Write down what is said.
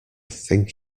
think